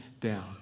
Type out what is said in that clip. down